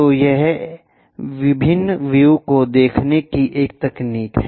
तो यह विभिन्न व्यू को दिखाने की एक तकनीक है